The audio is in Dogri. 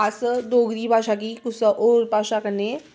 अस डोगरी भाशा गी कुसै होर भाशा कन्नै